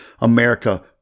America